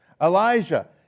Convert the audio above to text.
Elijah